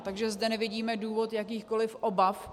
Takže zde nevidíme důvod jakýchkoliv obav.